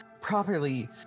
properly